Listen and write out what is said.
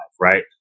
right